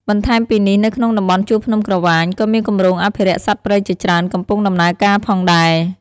បន្ថែមពីនេះនៅក្នុងតំបន់ជួរភ្នំក្រវាញ ក៏មានគម្រោងអភិរក្សសត្វព្រៃជាច្រើនកំពុងដំណើរការផងដែរ។